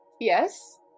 yes